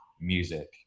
music